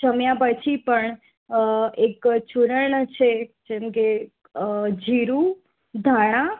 જમ્યા પછી પણ એક ચૂરણ છે જેમ કે જીરું ધાણાં